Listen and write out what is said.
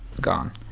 gone